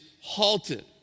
halted